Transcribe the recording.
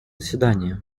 заседании